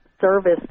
service